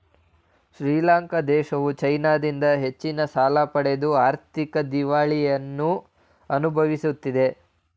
ಶ್ರೀಲಂಕಾ ದೇಶವು ಚೈನಾದಿಂದ ಹೆಚ್ಚಿನ ಸಾಲ ಪಡೆದು ಆರ್ಥಿಕ ದಿವಾಳಿತನವನ್ನು ಅನುಭವಿಸುತ್ತಿದೆ